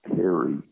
carry